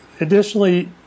additionally